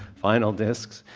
vinyl discs.